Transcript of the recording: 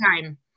time